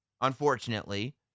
unfortunately